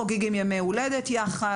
חוגגים ימי הולדת יחד,